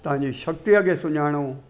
तव्हांजी शाक्तिअ खे सुञाणो